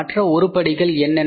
மற்ற உருப்படிகள் என்னென்ன